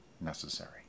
necessary